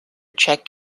check